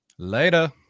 Later